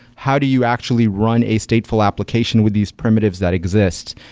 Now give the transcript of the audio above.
how do you actually run a stateful application with these primitives that exists?